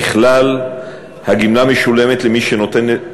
ככלל, הגמלה משולמת למי שנותן את